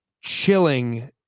chilling